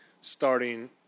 starting